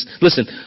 listen